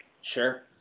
Sure